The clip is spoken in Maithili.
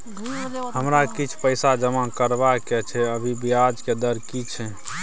हमरा किछ पैसा जमा करबा के छै, अभी ब्याज के दर की छै?